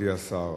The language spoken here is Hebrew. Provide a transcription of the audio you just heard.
מכובדי השר,